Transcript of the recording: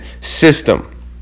System